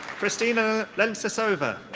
kristina lencesova.